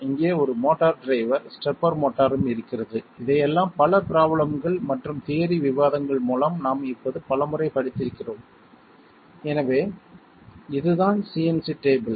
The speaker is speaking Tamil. இங்கே ஒரு மோட்டார் டிரைவர் ஸ்டெப்பர் மோட்டாரும் இருக்கிறது இதையெல்லாம் பல ப்ரோப்லேம்கள் மற்றும் தியரி விவாதங்கள் மூலம் நாம் இப்போது பலமுறை படித்திருக்கிறோம் எனவே இதுதான் CNC டேபிள்